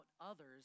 others